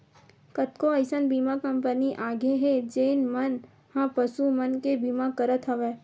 कतको अइसन बीमा कंपनी आगे हे जेन मन ह पसु मन के बीमा करत हवय